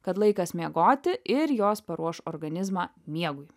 kad laikas miegoti ir jos paruoš organizmą miegui